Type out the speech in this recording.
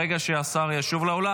ברגע שהשר ישוב לאולם,